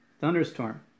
thunderstorm